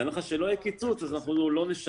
בהנחה שלא יהיה קיצוץ אז אנחנו לא נשנה,